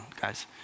guys